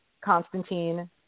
Constantine